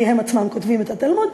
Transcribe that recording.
כי הם עצמם כותבים את התלמוד,